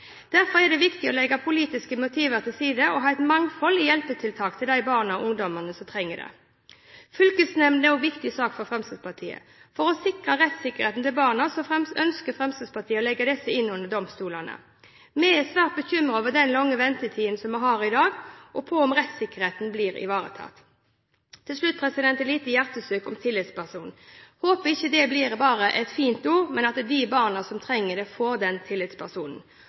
Derfor er det viktig å legge politiske motiver til side og ha et mangfold i hjelpetiltak til de barna og ungdommene som trenger det. Fylkesnemndene er også en viktig sak for Fremskrittspartiet. For å sikre rettsikkerheten til barna ønsker Fremskrittspartiet å legge disse inn under domstolene. Vi er svært bekymret over den lange ventetiden vi har i dag, og over om rettssikkerheten blir ivaretatt. Til slutt et lite hjertesukk om tillitsperson: Jeg håper det ikke bare blir et fint ord, men at de barna som trenger det, får den tillitspersonen.